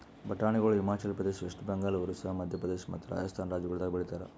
ಬಟಾಣಿಗೊಳ್ Himachal Pradesh, West Bengal, Orissa, Madhya Pradesh ಮತ್ತ ರಾಜಸ್ಥಾನ್ ರಾಜ್ಯಗೊಳ್ದಾಗ್ ಬೆಳಿತಾರ್